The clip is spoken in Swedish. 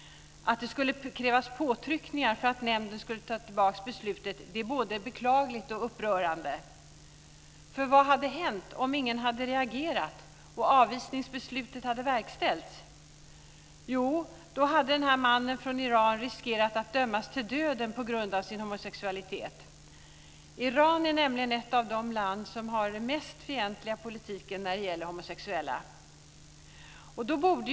Att det skulle krävas påtryckningar för att nämnden skulle ta tillbaka beslutet är både beklagligt och upprörande. Vad hade hänt om ingen hade reagerat och avvisningsbeslutet hade verkställts? Jo, mannen från Iran hade riskerat att dömas till döden på grund av sin homosexualitet. Iran är nämligen ett av de länder som har den mest fientliga politiken när det gäller homosexuella.